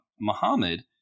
Muhammad